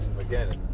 again